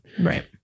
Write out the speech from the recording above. right